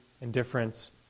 indifference